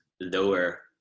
lower